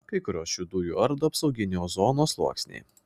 kai kurios šių dujų ardo apsauginį ozono sluoksnį